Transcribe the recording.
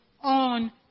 on